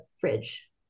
fridge